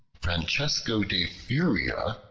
francesco de furia,